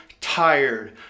tired